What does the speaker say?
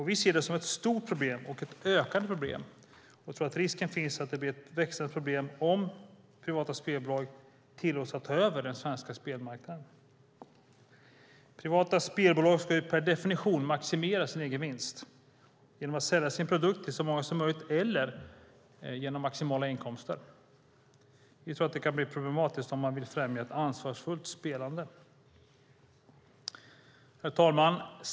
Vi ser detta som ett stort och ökande problem och tror att risken finns att det blir ett växande problem om privata spelbolag tillåts ta över den svenska spelmarknaden. Privata spelbolag ska ju per definition maximera sin egen vinst genom att sälja sin produkt till så många som möjligt eller genom maximala inkomster. Vi tror att det kan bli problematiskt om man vill främja ansvarsfullt spelande. Herr talman!